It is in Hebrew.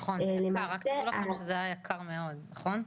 נכון, רק תדעו לכם שזה היה יקר מאוד, נכון?